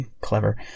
clever